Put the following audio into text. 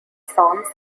songs